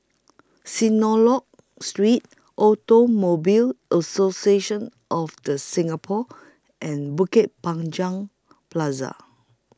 Street Automobile Association of The Singapore and Bukit Panjang Plaza